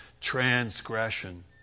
transgression